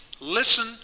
listen